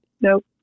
Nope